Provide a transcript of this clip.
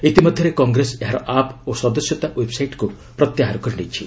ଇତିମଧ୍ୟରେ କଂଗ୍ରେସ ଏହାର ଆପ୍ ଓ ସଦସ୍ୟତା ୱେବ୍ସାଇଟ୍କୁ ପ୍ରତ୍ୟାହାର କରି ନେଇଛି